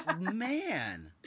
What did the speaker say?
man